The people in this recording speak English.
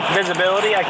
visibility